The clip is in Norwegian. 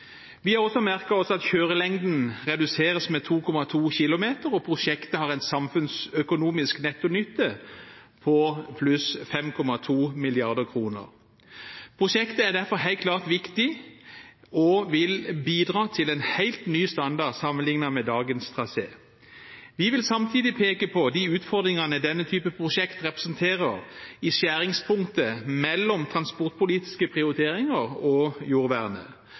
Vi har også merket oss at kjørelengden reduseres med 2,2 km, og prosjektet har en samfunnsøkonomisk nettonytte på 5,2 mrd. kr. Prosjektet er derfor helt klart viktig og vil bidra til en helt ny standard sammenlignet med dagens trasé. Vi vil samtidig peke på de utfordringene denne typen prosjekt representerer i skjæringspunktet mellom transportpolitiske prioriteringer og jordvernet.